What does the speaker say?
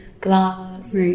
glass